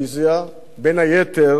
בין היתר בערוץ-10.